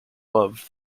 love